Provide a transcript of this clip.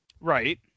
Right